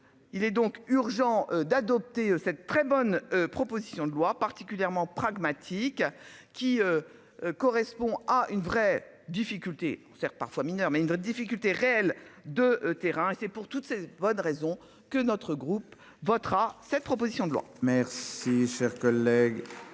Il est donc urgent d'adopter cette très bonne proposition de loi particulièrement pragmatique. Qui. Correspond à une vraie difficulté on sert parfois mineurs, mais une autre difficulté réelle de terrain. C'est pour toutes ces bonnes raisons que notre groupe votera cette proposition de loi. Merci cher collègue.